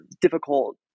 difficult